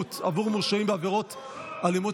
אין נגד,